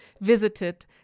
visited